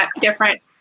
different